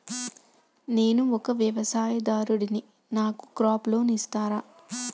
నేను ఒక వ్యవసాయదారుడిని నాకు క్రాప్ లోన్ ఇస్తారా?